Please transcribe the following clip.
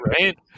Right